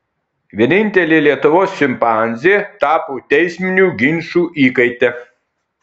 vienintelė lietuvos šimpanzė tapo teisminių ginčų įkaite